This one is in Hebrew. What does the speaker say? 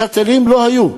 "שאטלים" לא היו,